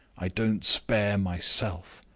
i don't spare myself.